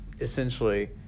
essentially